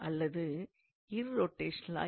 அல்லது இர்ரோடெஷனலா